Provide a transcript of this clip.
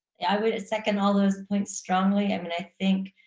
i would second all those points strongly. i mean i think